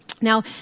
Now